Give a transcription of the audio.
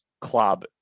club